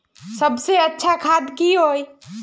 सबसे अच्छा खाद की होय?